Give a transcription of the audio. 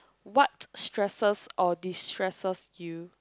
what stresses or destresses you